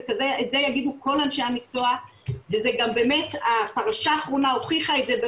ואת זה יגידו כל אנשי המקצוע והפרשה האחרונה גם הוכיחה את זה,